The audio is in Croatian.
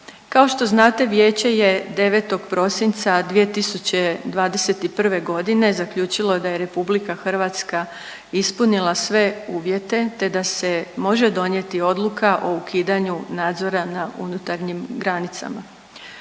Kao što znate Vijeće je 9. prosinca 2021.g. zaključilo da je RH ispunila sve uvjete, te da se može donijeti odluka o ukidanju nadzora na unutarnjim granicama.